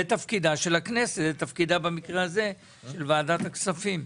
זה תפקידה של הכנסת ובמקרה הזה של ועדת הכספים.